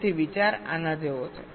તેથી વિચાર આના જેવો છે